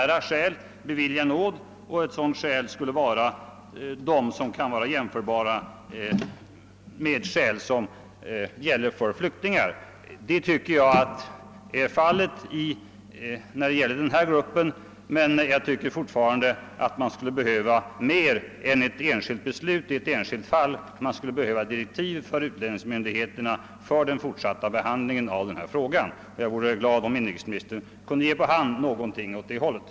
Nu säger inrikesministern i sitt svar att man kan bevilja nåd av humanitära skäl, jämförbara med de skäl som gäller för flyktingar. Det tycker jag är fallet beträffande denna zigenargrupp. Men jag anser fortfarande att vi skulle behöva mer än ett enskilt beslut i ett enskilt fall. Vi skulle behöva direktiv för utlänningsmyndigheterna för den fortsatta behandlingen av sådana här ärenden. Jag vore glad om inrikesministern kunde ge något på hand åt det hållet.